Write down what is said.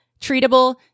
treatable